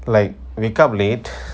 like wake up late